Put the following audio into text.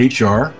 HR